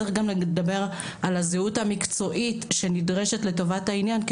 צריך גם לדבר על הזהות המקצועית שנדרשת לטובת העניין,